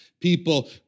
people